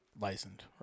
licensed